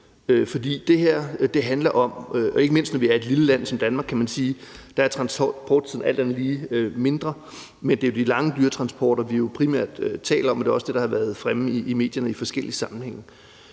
sender ud af landet, ikke mindst fordi Danmark er et lille land, hvor transporttiden alt andet lige er kortere, men det er jo de lange dyretransporter, vi primært taler om, og det er også det, der har været fremme i medierne i forskellige sammenhænge.